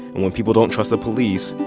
and when people don't trust the police,